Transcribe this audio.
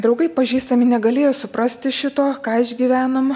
draugai pažįstami negalėjo suprasti šito ką išgyvenam